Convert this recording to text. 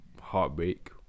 Heartbreak